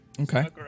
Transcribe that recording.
Okay